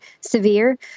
severe